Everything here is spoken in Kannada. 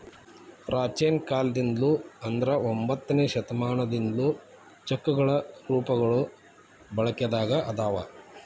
ಪ್ರಾಚೇನ ಕಾಲದಿಂದ್ಲು ಅಂದ್ರ ಒಂಬತ್ತನೆ ಶತಮಾನದಿಂದ್ಲು ಚೆಕ್ಗಳ ರೂಪಗಳು ಬಳಕೆದಾಗ ಅದಾವ